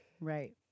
right